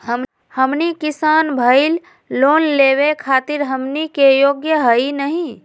हमनी किसान भईल, लोन लेवे खातीर हमनी के योग्य हई नहीं?